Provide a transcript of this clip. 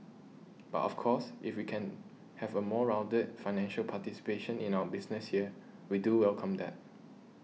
but of course if we can have a more rounded financial participation in our business here we do welcome that